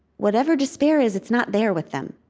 whatever despair is, it's not there with them.